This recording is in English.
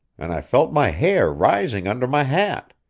and i felt my hair rising under my hat.